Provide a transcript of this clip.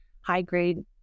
high-grade